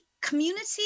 community